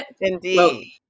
Indeed